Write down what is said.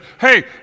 hey